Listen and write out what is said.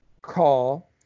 call